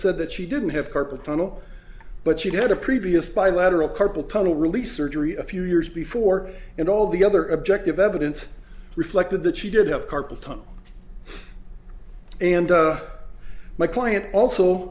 said that she didn't have carpal tunnel but she had a previous by lateral carpal tunnel release surgery a few years before and all the other objective evidence reflected that she did have carpal tunnel and my client also